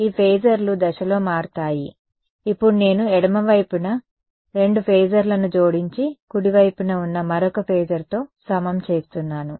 ఈ ఫేజర్లు దశలో మారుతాయి ఇప్పుడు నేను ఎడమ వైపున 2 ఫేజర్లను జోడించి కుడి వైపున ఉన్న మరొక ఫేజర్తో సమం చేస్తున్నాను